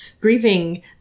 grieving